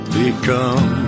become